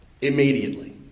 Immediately